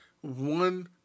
one